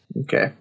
Okay